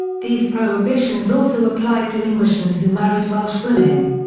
these prohibitions also applied to englishmen who married welsh women.